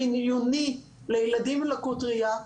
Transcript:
חיוני לילדים עם לקות ראייה,